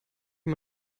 wie